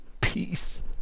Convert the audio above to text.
peace